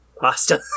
pasta